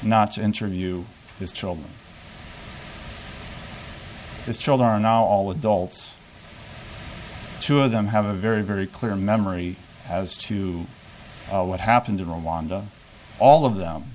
not to interview these children the children are all adults two of them have a very very clear memory as to what happened in rwanda all of them